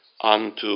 unto